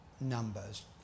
numbers